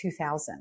2000